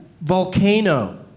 Volcano